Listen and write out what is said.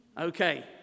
Okay